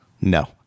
no